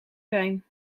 zijn